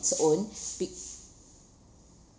own be~